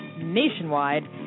nationwide